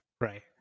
Right